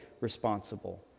responsible